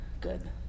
good